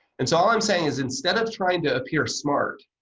and so, all i'm saying is instead of trying to appear smart,